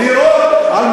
לכל עם זכות להתנגד לכיבוש.